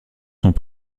sont